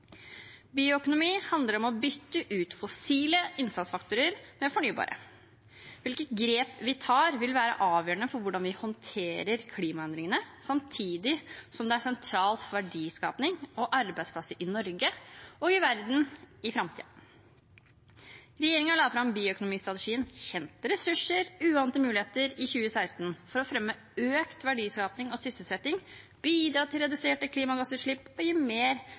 Bioøkonomi handler om å bytte ut fossile innsatsfaktorer med fornybare. Hvilke grep vi tar, vil være avgjørende for hvordan vi håndterer klimaendringene, samtidig som det er sentralt for verdiskaping og arbeidsplasser i Norge og verden i framtiden. Regjeringen la fram bioøkonomistrategien «Kjente ressurser – uante muligheter» i 2016 for å fremme økt verdiskaping og sysselsetting, bidra til reduserte klimagassutslipp og gi mer